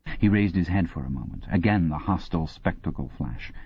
he raised his head for a moment again the hostile spectacle-flash.